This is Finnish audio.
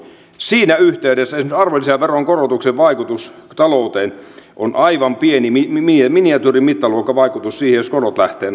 siinä yhteydessä esimerkiksi arvonlisäveron korotuksen vaikutus talouteen on aivan pieni miniatyyrimittaluokan vaikutus verrattuna siihen jos korot lähtevät nousuun